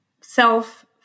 self